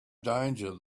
danger